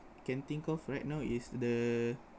can think of right now is the